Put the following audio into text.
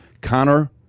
Connor